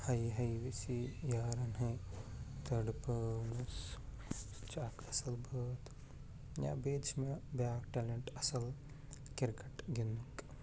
ہَے ہَے وٮ۪سہِ یے یارن ہَے ٹڑپٲونس سُہ تہِ چھُ اکھ اَصٕل بٲتھ یا بیٚیہِ تہِ چھِ مےٚ بیٛاکھ ٹٮ۪لنٛٹ اَصٕل کرکٹ گِنٛدنُک